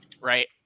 right